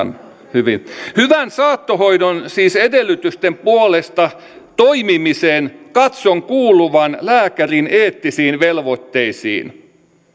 ihan hyvä hyvän saattohoidon edellytysten puolesta toimimisen katson kuuluvan lääkärin eettisiin velvoitteisiin